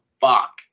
fuck